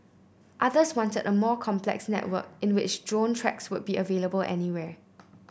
others wanted a more complex network in which drone tracks would be available anywhere